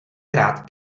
rád